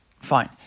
Fine